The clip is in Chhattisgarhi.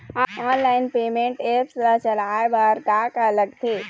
ऑनलाइन पेमेंट एप्स ला चलाए बार का का लगथे?